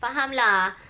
faham lah